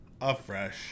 Afresh